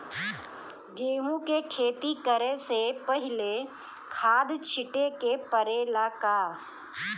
गेहू के खेती करे से पहिले खाद छिटे के परेला का?